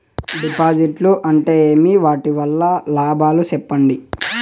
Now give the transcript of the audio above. డిపాజిట్లు అంటే ఏమి? వాటి వల్ల లాభాలు సెప్పండి?